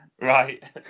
right